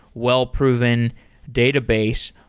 well-proven database,